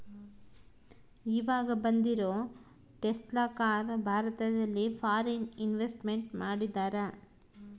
ಈವಾಗ ಬಂದಿರೋ Tesla car ಭಾರತದಲ್ಲಿ ಫಾರಿನ್ ಇನ್ವೆಸ್ಟ್ಮೆಂಟ್ ಮಾಡಿದರಾ